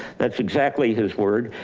that's exactly his word.